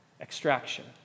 Extraction